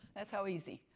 that's how easy.